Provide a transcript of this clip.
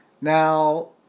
Now